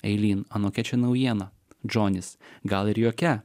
eilyn anokia čia naujiena džonis gal ir jokia